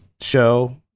show